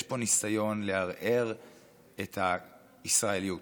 יש פה ניסיון לערער את הישראליות,